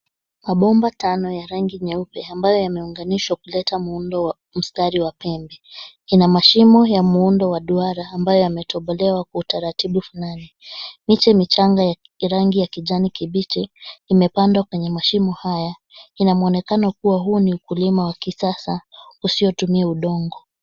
Mabomba tano ya rangi nyeupe ambayo yameunganishwa kuleta muundo wa mstari wa pembe. Ina mashimo ya muundo wa duara ambayo yametobolewa kwa utaratibu na miti michanga ya rangi ya kijani kibichi imepandwa kwenye mashimo haya. Ina mwonekano kuwa huu ni ukulima wa kisasa usiyotumia udongo.